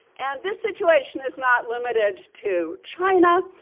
and this situation is not limited to china.